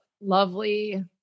lovely